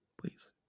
please